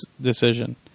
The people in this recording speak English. decision